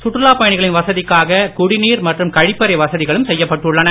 சுற்றுலா பயணிகளின் வசதிக்காக குடிநீர் மற்றும் கழிப்பறை வசதிகளும் செய்யப்பட்டுள்ளன